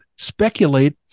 Speculate